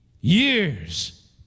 years